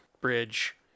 bridge